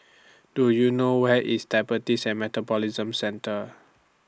Do YOU know Where IS Diabetes and Metabolism Centre